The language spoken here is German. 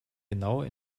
genaue